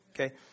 Okay